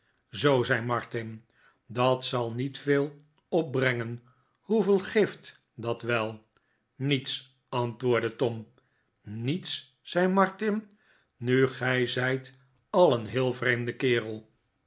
zoo zei martin dat zal niet veel opbrengen hoeveel geeft dat wel niets antwoordde tom niets zei martin nu gij zijt al een heel vreemde kerel